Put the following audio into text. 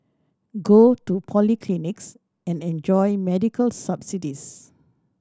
go to polyclinics and enjoy medical subsidies